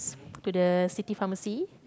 to the city pharmacy